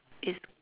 is